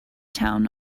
town